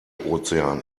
ozean